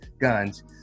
guns